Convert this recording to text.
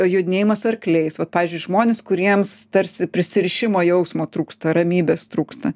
jodinėjimas arkliais vat pavyzdžiui žmonės kuriems tarsi prisirišimo jausmo trūksta ramybės trūksta